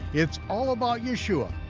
it's all about yeshua,